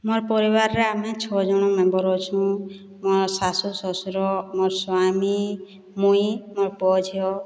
ମୋର୍ ପରିବାରରେ ଆମେ ଛଅ ଜଣ ମେମ୍ବର୍ ଅଛୁଁ ମୋ ଶାଶୁ ଶ୍ୱଶୁର ମୋ ସ୍ୱାମୀ ମୁଈ ମୋର୍ ପୁଅ ଝିଅ